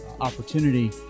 opportunity